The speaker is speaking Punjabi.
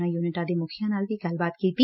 ਉਨ੍ਹਾਂ ਯੁਨਿਟਾਂ ਦੇ ਮੁਖੀਆਂ ਨਾਲ ਵੀ ਗੱਲਬਾਤ ਕੀਤੀ